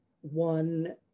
one